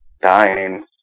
dying